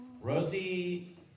Rosie